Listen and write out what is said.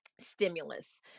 stimulus